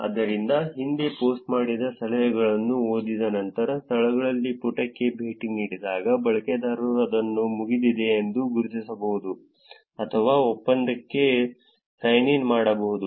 ಆದ್ದರಿಂದ ಹಿಂದೆ ಪೋಸ್ಟ್ ಮಾಡಿದ ಸಲಹೆಯನ್ನು ಓದಿದ ನಂತರ ಸ್ಥಳಗಳ ಪುಟಕ್ಕೆ ಭೇಟಿ ನೀಡಿದಾಗ ಬಳಕೆದಾರರು ಅದನ್ನು ಮುಗಿದಿದೆ ಎಂದು ಗುರುತಿಸಬಹುದು ಅಥವಾ ಒಪ್ಪಂದಕ್ಕೆ ಸೈನ್ ಇನ್ ಮಾಡಬಹುದು